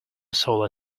solar